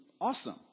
awesome